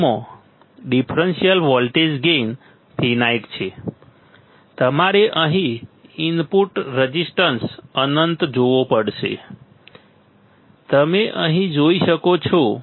તેમાં differential voltage gain finite છે તમારે અહીં ઇનપુટ રેઝિસ્ટન્સ અનંત જોવો પડશે તમે અહીં જોઈ શકો છો